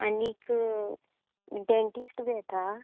आनीक डँटिस्ट बी येता